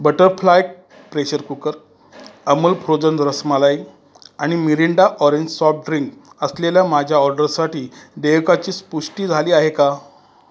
butterfly pressure cooker Amul frozen rasmalai आणि Mirinda orange soft drink असलेल्या माझ्या ऑर्डरसाठी देयकाची पुष्टी झाली आहे का